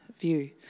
view